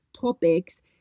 topics